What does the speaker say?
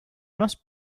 must